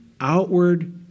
outward